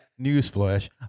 newsflash